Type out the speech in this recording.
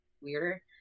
weirder